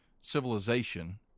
civilization